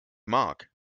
mark